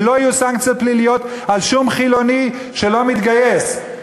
ולא יהיו סנקציות פליליות על שום חילוני שלא מתגייס,